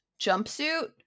jumpsuit